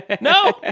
no